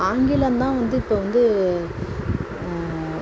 ஆங்கிலம் தான் வந்து இப்போ வந்து